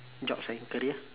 jobs and career